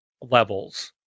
levels